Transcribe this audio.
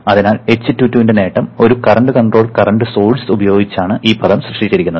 അതിനാൽ h21 ന്റെ നേട്ടം ഒരു കറന്റ് കൺട്രോൾ കറന്റ് സോഴ്സ് ഉപയോഗിച്ചാണ് ഈ പദം സൃഷ്ടിച്ചിരിക്കുന്നത്